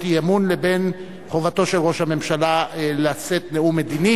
האי-אמון לבין חובתו של ראש הממשלה לשאת נאום מדיני,